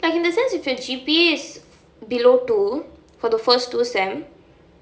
but in the sense if your G_P_A is below two for the first two semesters